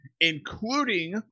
including